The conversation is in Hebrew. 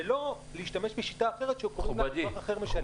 ולא להשתמש בשיטה אחרת שקוראים לה 'אזרח אחר משלם'.